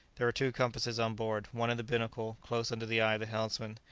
there were two compasses on board one in the binnacle, close under the eye of the helmsman,